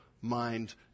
mind